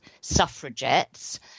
suffragettes